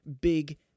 big